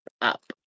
up